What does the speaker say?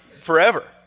forever